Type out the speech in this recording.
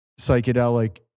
psychedelic